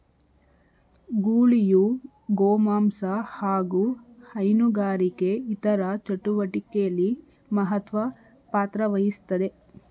ಗೂಳಿಯು ಗೋಮಾಂಸ ಹಾಗು ಹೈನುಗಾರಿಕೆ ಇತರ ಚಟುವಟಿಕೆಲಿ ಮಹತ್ವ ಪಾತ್ರವಹಿಸ್ತದೆ